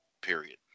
period